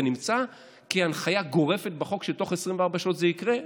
זה נמצא כהנחיה גורפת בחוק שתוך 24 שעות זה יקרה?